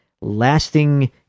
lasting